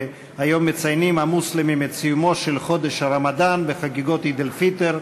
היום מציינים המוסלמים את סיומו של חודש הרמדאן בחגיגות עיד אל-פיטר,